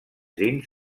dins